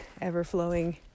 ever-flowing